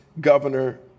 governor